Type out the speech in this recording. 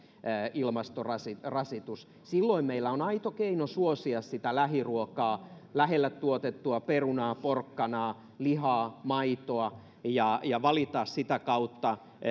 ilmastorasitus silloin meillä on aito keino suosia sitä lähiruokaa lähellä tuotettua perunaa porkkanaa lihaa maitoa ja ja valita sitä kautta